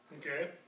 Okay